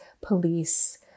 police